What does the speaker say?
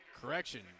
Correction